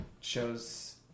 shows